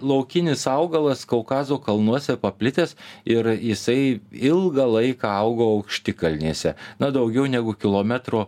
laukinis augalas kaukazo kalnuose paplitęs ir jisai ilgą laiką augo aukštikalnėse na daugiau negu kilometro